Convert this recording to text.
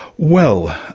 well,